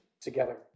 together